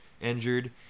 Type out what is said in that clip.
Injured